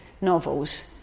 novels